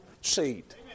seat